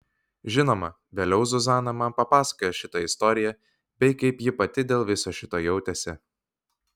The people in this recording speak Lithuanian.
žinoma vėliau zuzana man papasakojo šitą istoriją bei kaip ji pati dėl viso šito jautėsi